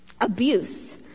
abuse